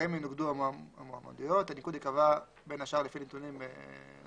"נציב שירות המדינה או